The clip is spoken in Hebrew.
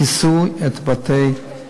כיסו את בתי-הספר,